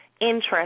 interest